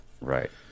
Right